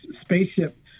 spaceship